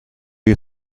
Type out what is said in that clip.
you